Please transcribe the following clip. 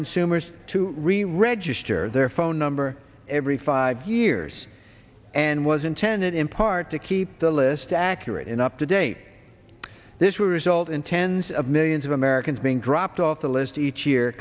consumers to re register their phone number every five years and was intended in part to keep the list accurate enough today this will result in tens of millions of americans being dropped off the list each